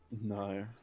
No